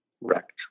wrecked